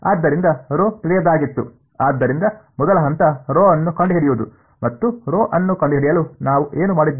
ಆದ್ದರಿಂದ ⍴ ತಿಳಿಯದಾಗಿತ್ತು ಆದ್ದರಿಂದ ಮೊದಲ ಹಂತ ⍴ ಅನ್ನು ಕಂಡುಹಿಡಿಯುವುದು ಮತ್ತು ⍴ ಅನ್ನು ಕಂಡುಹಿಡಿಯಲು ನಾವು ಏನು ಮಾಡಿದ್ದೇವೆ